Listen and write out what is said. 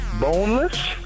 Boneless